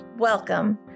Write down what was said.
Welcome